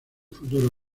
futuro